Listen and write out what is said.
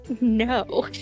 No